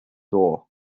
door